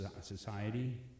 society